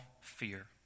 fear